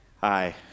hi